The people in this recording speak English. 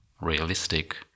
realistic